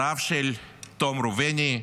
הזהב של תום ראובני,